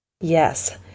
Yes